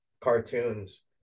cartoons